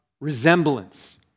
resemblance